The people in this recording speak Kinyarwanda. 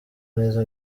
neza